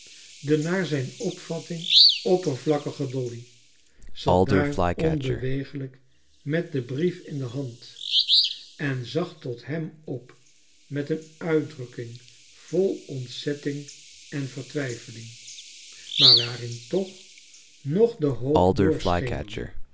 de naar zijn opvatting oppervlakkige dolly zat daar onbeweeglijk met den brief in de hand en zag tot hem op met een uitdrukking vol ontzetting en vertwijfeling maar waarin toch nog de hoop doorschemerde